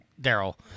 Daryl